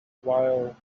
while